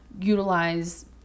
utilize